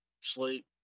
sleep